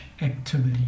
activity